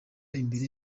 imbere